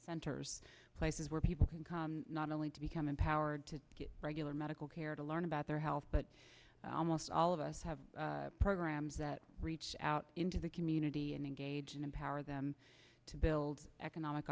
centers places where people can come not only to become empowered to get regular medical care to learn about their health but almost all of us have programs that reach out into the community and engage and empower them to build economic